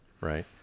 right